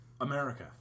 America